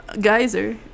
Geyser